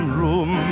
room